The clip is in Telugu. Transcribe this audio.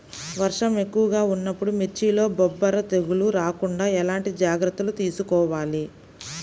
వర్షం ఎక్కువగా ఉన్నప్పుడు మిర్చిలో బొబ్బర తెగులు రాకుండా ఎలాంటి జాగ్రత్తలు తీసుకోవాలి?